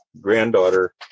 granddaughter